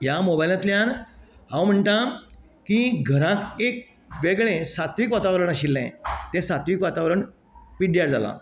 ह्या मोबायलांतल्यान हांव म्हणटा की घरांक एक वेगळे सात्वीक वातावरण आशिल्ले तें सात्वीक वातावरण पिड्यार जाला